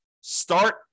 Start